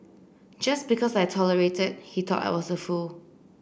just because I tolerated he thought I was a fool